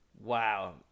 Wow